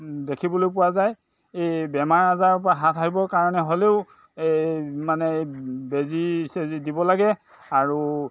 দেখিবলৈ পোৱা যায় এই বেমাৰ আজাৰৰ পৰা হাত সাৰিবৰ কাৰণে হ'লেও এই মানে এই বেজি চেজি দিব লাগে আৰু